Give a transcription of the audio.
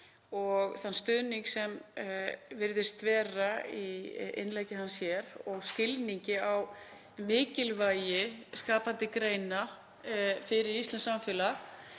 og þann stuðning sem virðist vera í innleggi hans hér og skilning á mikilvægi skapandi greina fyrir íslenskt samfélag.